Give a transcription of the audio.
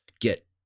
get